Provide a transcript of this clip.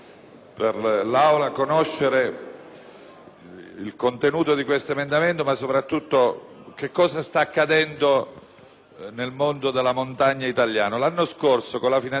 il contenuto di questo emendamento e soprattutto sapere che cosa sta accadendo nel mondo della montagna italiana. L'anno scorso, con la legge finanziaria, noi facemmo una riforma seria,